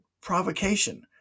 provocation